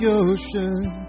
ocean